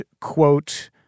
quote